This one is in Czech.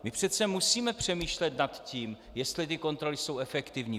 My přece musíme přemýšlet nad tím, jestli ty kontroly jsou efektivní.